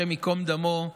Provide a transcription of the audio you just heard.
השם ייקום דמו,